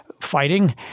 fighting